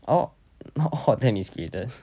oh not all of them is graded